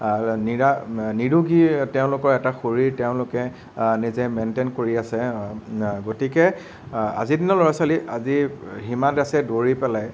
নিৰা নিৰোগী তেওঁলোকৰ এটা শৰীৰ তেওঁলোকে নিজেই মেইন্টেইন কৰি আছে গতিকে আজিৰ দিনৰ ল'ৰা ছোৱালী আজি হিমা দাসে দৌৰি পেলাই